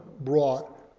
brought